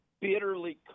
bitterly